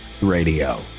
radio